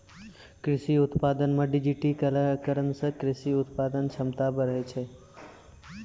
कृषि उत्पादन मे डिजिटिकरण से कृषि उत्पादन क्षमता बढ़ै छै